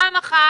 פעם אחת